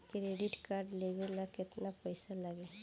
Credit card लेवे ला केतना पइसा लागी?